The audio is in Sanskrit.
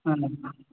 हा